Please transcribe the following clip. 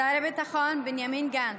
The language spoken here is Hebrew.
תודה רבה, מזכירת הכנסת.